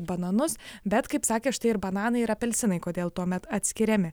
bananus bet kaip sakė štai ir bananai ir apelsinai kodėl tuomet atskiriami